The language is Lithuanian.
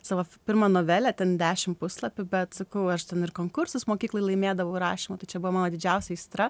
savo pirmą novelę ten dešimt puslapių bet sakau aš ten ir konkursus mokykloj laimėdavau rašym tačiau mano didžiausia aistra